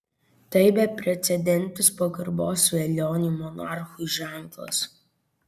tai beprecedentis pagarbos velioniui monarchui ženklas